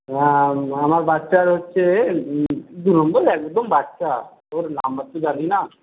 আমার বাচ্চার হচ্ছে দুনম্বর একদম বাচ্চা ওর নাম্বার তো জানি না